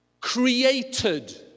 Created